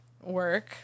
work